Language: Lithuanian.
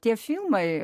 tie filmai